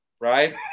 right